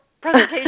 presentation